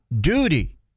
duty